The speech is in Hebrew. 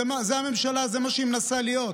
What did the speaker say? זו הממשלה, זה מה שהיא מנסה להיות.